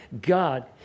God